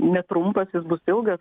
netrumpas jis bus ilgas